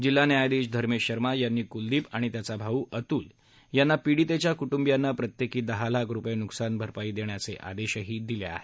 जिल्हा न्यायाधीश धर्मेश शर्मा यांनी कुलदिप आणि त्याचा भाऊ अतुल यांना पिडितेच्या कुटुबियांना प्रत्येकी दहा लाख रुपये नुकसान भरपाई देण्याचे आदेशही दिले आहेत